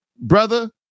Brother